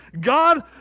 God